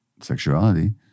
sexuality